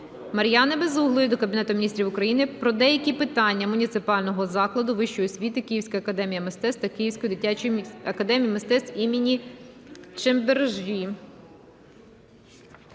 Мар'яни Безуглої до Кабінету Міністрів України про деякі питання Муніципального закладу вищої освіти "Київська академія мистецтв" та Київської дитячої академії мистецтв імені М.І. Чембержі.